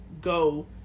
go